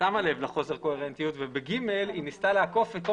שמה לב לחוסר הקוהרנטיות וב-(ג) היא ניסתה לעקוף בכל